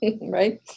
Right